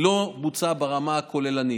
לא בוצע ברמה הכוללנית.